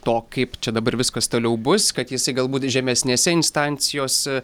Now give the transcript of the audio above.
to kaip čia dabar viskas toliau bus kad jis galbūt žemesnėse instancijos